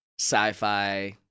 sci-fi